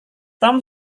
tom